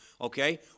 okay